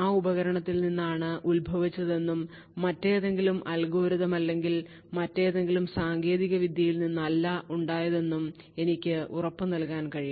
ആ ഉപകരണത്തിൽ നിന്നാണ് ഉത്ഭവിച്ചതെന്നും മറ്റേതെങ്കിലും അൽഗോരിതം അല്ലെങ്കിൽ മറ്റേതെങ്കിലും സാങ്കേതിക വിദ്യയിൽ നിന്നല്ല ഉണ്ടായതെന്നും എനിക്ക് ഉറപ്പ് നൽകാൻ കഴിയണം